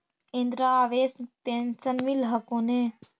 Indira Awas pension मिल हको ने?